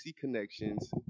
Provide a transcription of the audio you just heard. Connections